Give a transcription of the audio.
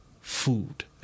food